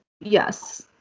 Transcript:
Yes